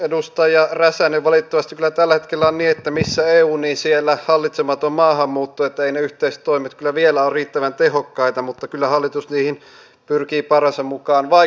edustaja räsänen valitettavasti kyllä tällä hetkellä on niin että missä eu niin siellä hallitsematon maahanmuutto että eivät ne yhteiset toimet kyllä vielä ole riittävän tehokkaita mutta kyllä hallitus niihin pyrkii parhaansa mukaan vaikuttamaan